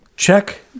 check